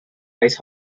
ice